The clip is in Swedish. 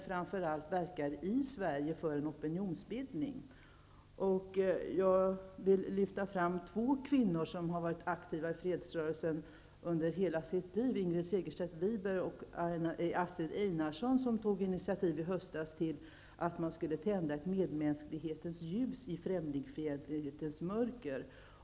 Framför allt verkar de i Sverige för en opinionsbildning. Jag vill lyfta fram två kvinnor som har varit aktiva i fredsrörelsen i hela sitt liv, Ingrid Segerstedt Wiberg och Astrid Einarsson. De tog i höstas initiativ till att tända ett medmänsklighetens ljus i främlingsfientlighetens mörker.